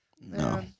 No